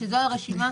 וזו הרשימה.